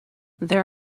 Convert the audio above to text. there